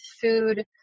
food